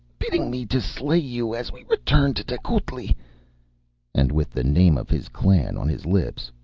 bidding me to slay you as we returned to tecuhltli and with the name of his clan on his lips,